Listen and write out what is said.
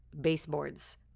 baseboards